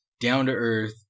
down-to-earth